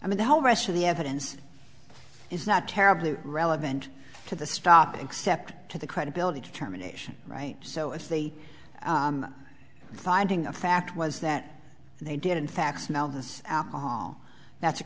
i mean the whole rest of the evidence is not terribly relevant to the stop except to the credibility determination right so if the finding of fact was that they did in fact smell this alcohol that's a